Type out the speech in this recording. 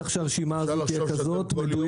צריך שהרשימה הזאת תהיה מדויקת.